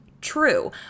true